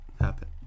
happen